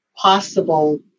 possible